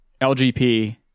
LGP